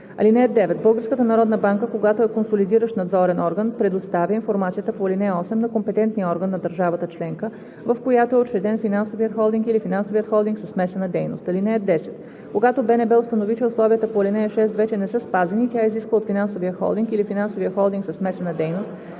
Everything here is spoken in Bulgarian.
5 и 6. (9) Българската народна банка, когато е консолидиращ надзорен орган, предоставя информацията по ал. 8 на компетентния орган на държавата членка, в която е учреден финансовият холдинг или финансовият холдинг със смесена дейност. (10) Когато БНБ установи, че условията по ал. 6 вече не са спазени, тя изисква от финансовия холдинг или финансовия холдинг със смесена дейност